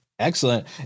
Excellent